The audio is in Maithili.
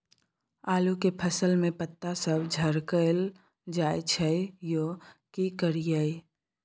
आलू के फसल में पता सब झरकल जाय छै यो की करियैई?